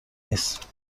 نیست